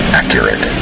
accurate